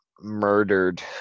murdered